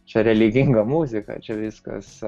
čia religinga muzika čia viskas